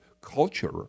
culture